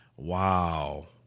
Wow